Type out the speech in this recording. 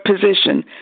position